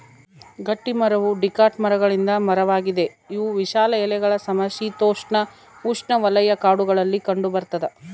ಗಟ್ಟಿಮರವು ಡಿಕಾಟ್ ಮರಗಳಿಂದ ಮರವಾಗಿದೆ ಇವು ವಿಶಾಲ ಎಲೆಗಳ ಸಮಶೀತೋಷ್ಣಉಷ್ಣವಲಯ ಕಾಡುಗಳಲ್ಲಿ ಕಂಡುಬರ್ತದ